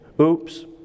Oops